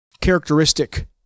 characteristic